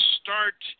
start